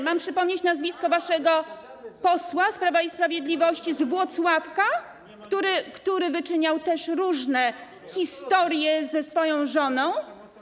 Mam przypomnieć nazwisko waszego posła z Prawa i Sprawiedliwości z Włocławka, który wyczyniał różne historie ze swoją żoną?